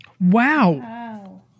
Wow